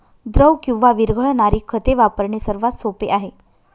द्रव किंवा विरघळणारी खते वापरणे सर्वात सोपे आहे